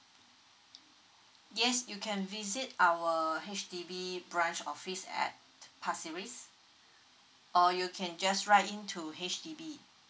yes you can visit our H_D_B branch office at or you can just write in to H_D_B